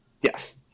Yes